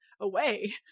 away